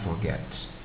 forget